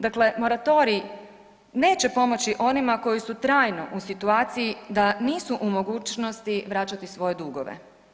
Dakle, moratorij neće pomoći onima koji su trajno u situaciji da nisu u mogućnosti vraćati svoje dugove.